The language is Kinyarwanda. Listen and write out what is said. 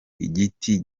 igiti